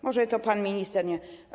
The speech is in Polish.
Może to pan minister nie.